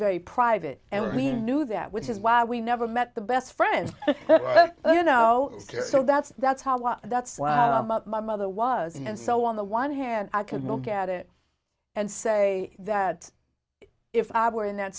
very private and we knew that which is why we never met the best friends you know so that's that's how i was that's what my mother was and so on the one hand i can look at it and say that if i were in that